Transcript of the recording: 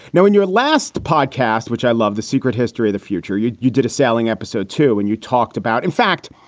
now, in your last podcast, which i love the secret history of the future, you you did a sailing episode, too, and you talked about, in fact,